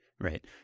Right